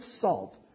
salt